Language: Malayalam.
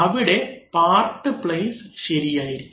അവിടെ പാർട്ട് പ്ലേസ് ശരിയായിരിക്കും